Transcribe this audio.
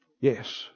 Yes